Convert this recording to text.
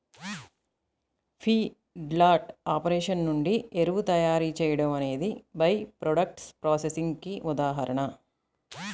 feedlot operation నుండి ఎరువు తయారీ చేయడం అనేది బై ప్రాడక్ట్స్ ప్రాసెసింగ్ కి ఉదాహరణ